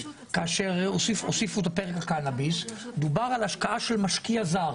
כאשר הוסיפו את פרק הקנאביס דובר על השקעה של משקיע זר.